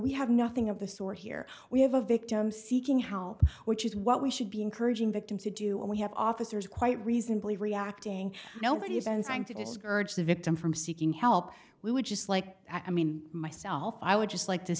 we have nothing of the sort here we have a victim seeking help which is what we should be encouraging victims to do and we have officers quite reasonably reacting nobody is answering to discourage the victim from seeking help we would just like i mean myself i would just like to